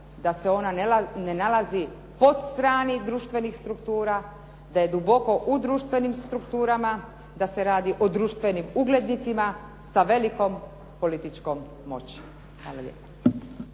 da se ona ne nalazi po strani društvenih struktura, da je duboko u društvenim strukturama, da se radi o društvenim uglednicima sa velikom političkom moći, hvala lijepa.